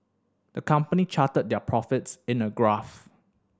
the company charted their profits in a graph